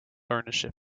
ownership